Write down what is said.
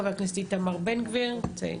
ח"כ איתמר בן גביר בבקשה.